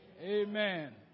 Amen